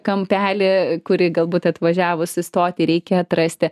kampelį kurį galbūt atvažiavus į stotį reikia atrasti